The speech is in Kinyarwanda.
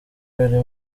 yari